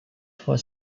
for